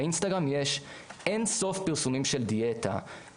באינסטגרם יש אין סוף פרסומים של דיאטה,